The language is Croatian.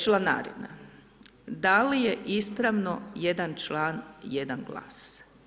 Članarina, da li je ispravno jedan član jedan glas?